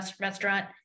restaurant